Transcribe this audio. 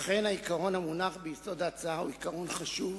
אכן, העיקרון המונח ביסוד ההצעה הוא עיקרון חשוב,